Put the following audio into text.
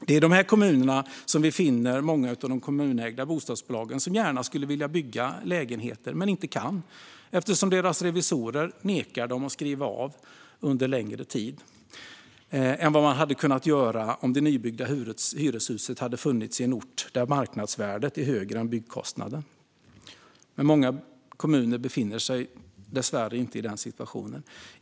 Det är i dessa kommuner vi finner många av de kommunägda bostadsbolagen som gärna skulle bygga lägenheter men inte kan eftersom revisorerna nekar dem att skriva av under längre tid än vad de kunnat göra om det nybyggda hyreshuset hade funnits på en ort där marknadsvärdet är högre än byggkostnaden. Men många kommuner befinner sig dessvärre inte i den situationen.